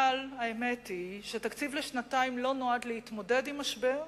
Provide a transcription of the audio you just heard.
אבל האמת היא שהתקציב לשנתיים לא נועד להתמודד עם המשבר,